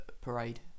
parade